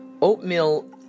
oatmeal